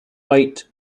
white